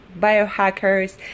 biohackers